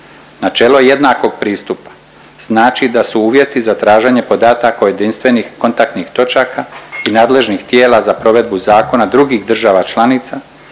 Načelo jednakog pristupa znači da su uvjeti za traženje podataka o jedinstvenih kontaktnih točaka i nadležnih tijela za provedbu zakona drugih država članica,